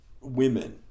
women